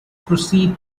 proceed